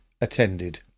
attended